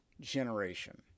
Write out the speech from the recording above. generation